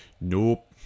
nope